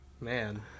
man